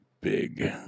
big